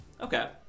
Okay